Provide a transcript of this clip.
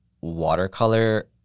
watercolor